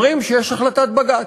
אומרים שיש החלטת בג"ץ.